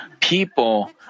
people